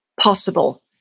possible